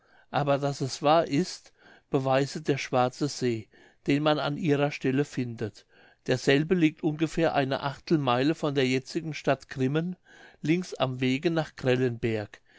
aber daß es wahr ist beweiset der schwarze see den man an ihrer stelle findet derselbe liegt ungefähr eine achtelmeile von der jetzigen stadt grimmen links am wege nach grellenberg